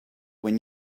when